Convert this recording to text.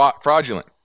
fraudulent